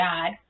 God